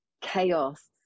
chaos